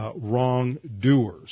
wrongdoers